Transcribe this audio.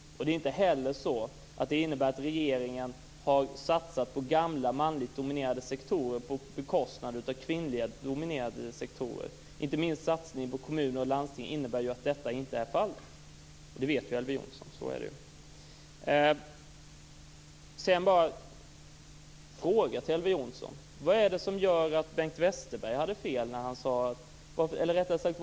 Det innebär inte heller att regeringen har satsat på gamla manligt dominerade sektorer på bekostnad av kvinnligt dominerade sektorer. Inte minst satsningen på kommuner och landsting innebär ju att detta inte är fallet, och det vet Elver Jonsson. Sedan bara en fråga till Elver Jonsson.